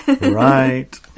Right